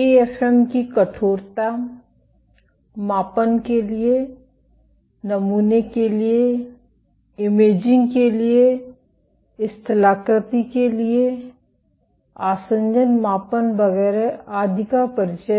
AFM की कठोरता मापन के लिए नमूने के लिए इमेजिंग के लिए स्थलाकृति के लिए आसंजन मापन वगैरह आदि का परिचय दिया